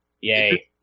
yay